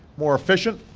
more efficient,